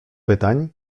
pytań